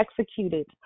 executed